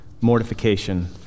mortification